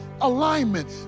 alignment